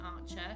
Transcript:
Archer